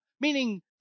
meaning